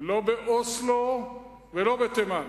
לא באוסלו ולא בתימן,